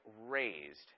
raised